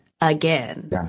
again